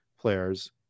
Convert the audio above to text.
players